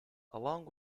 along